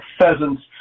pheasants